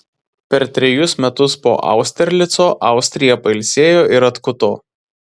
per trejus metus po austerlico austrija pailsėjo ir atkuto